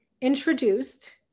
introduced